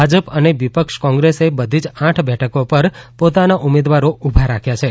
ભાજપ અને વિપક્ષ કોંગ્રેસે બધી જ આઠ બેઠકો પર પોતાનાં ઉમેદવારો ઉભા રાખ્યા છે